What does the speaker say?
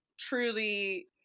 truly